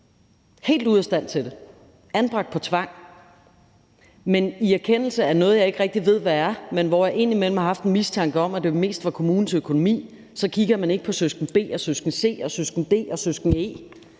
helt ude af stand til det, og barnet er anbragt på tvang. Men i erkendelse af noget, jeg ikke rigtig ved hvad er, men jeg har indimellem haft en mistanke om, at det mest var kommunens økonomi, så kigger man ikke på barnets søskende B og C og D og E.